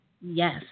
Yes